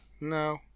No